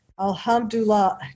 Alhamdulillah